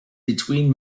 between